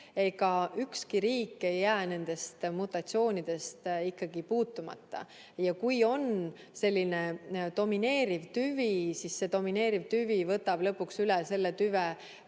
Ega ükski riik ei jää nendest mutatsioonidest puutumata. Ja kui on selline domineeriv tüvi, siis see domineeriv tüvi võtab lõpuks üle selle tüve,